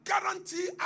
guarantee